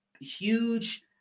huge